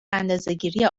اندازهگیری